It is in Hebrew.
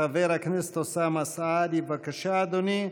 חבר הכנסת אוסאמה סעדי, בבקשה, אדוני.